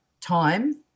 time